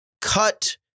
cut